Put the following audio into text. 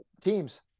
teams